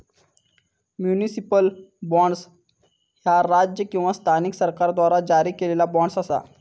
municipal bond, ह्या राज्य किंवा स्थानिक सरकाराद्वारा जारी केलेला बॉण्ड असा